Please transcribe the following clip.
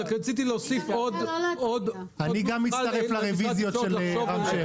גם מצטרף לרביזיות של רם שפע.